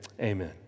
amen